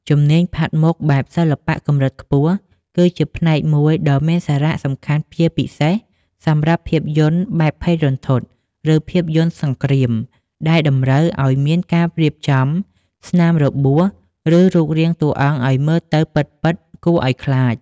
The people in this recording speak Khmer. ជំនាញផាត់មុខបែបសិល្បៈកម្រិតខ្ពស់ គឺជាផ្នែកមួយដ៏មានសារៈសំខាន់ជាពិសេសសម្រាប់ភាពយន្តបែបភ័យរន្ធត់ ឬភាពយន្តសង្គ្រាម ដែលតម្រូវឱ្យមានការរៀបចំស្នាមរបួស ឬរូបរាងតួអង្គឱ្យមើលទៅពិតៗគួរឱ្យខ្លាច។